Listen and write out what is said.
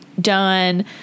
done